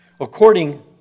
According